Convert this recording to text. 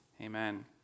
Amen